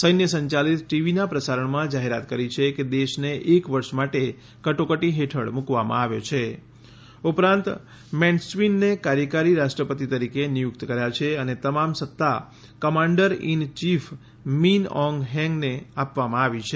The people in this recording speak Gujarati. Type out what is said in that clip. સૈન્ય સંચાલિત ટીવીના પ્રસારણમાં જાહેરાત કરી છે કે દેશને એક વર્ષ માટે કટોકટી હેઠળ મૂકવામાં આવ્યો છી ઉપરાષ્ટ્રપતિ મેન્ટસ્વીનને કાર્યકારી રાષ્ટ્રપતિ તરીકે નિયુક્ત કર્યા છે અને તમામ સત્તા કમાન્ડર ઇનચીફ મીન ઓંગ હલેંગને આપવામાં આવી છે